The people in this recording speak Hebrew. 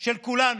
של כולנו,